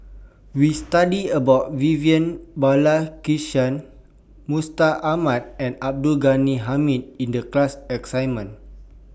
We studied about Vivian Balakrishnan Mustaq Ahmad and Abdul Ghani Hamid in The class assignment